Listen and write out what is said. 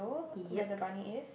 ya